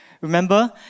remember